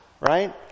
Right